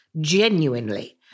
genuinely